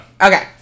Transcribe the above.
Okay